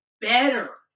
better